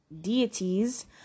deities